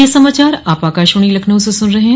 ब्रे क यह समाचार आप आकाशवाणी लखनऊ से सुन रहे हैं